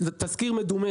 זה תזכיר מדומה.